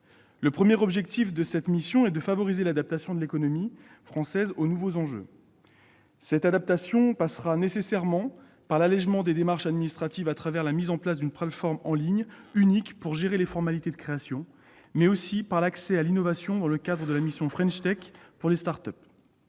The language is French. Le premier objectif de cette mission est de favoriser l'adaptation de l'économie française aux nouveaux enjeux. Cette adaptation passera nécessairement par l'allégement des démarches administratives au travers de la mise en place d'une plateforme en ligne unique pour gérer les formalités de création, mais aussi par l'accès à l'innovation dans le cadre de la mission « French Tech » pour les start-up.